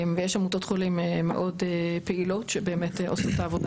יש עמותות חולים מאוד פעילות שבאמת עושות את העבודה